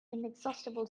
inexhaustible